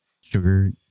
sugar